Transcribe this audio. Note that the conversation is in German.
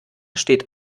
steht